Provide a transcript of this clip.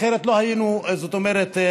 אחרת לא היינו נבחרים.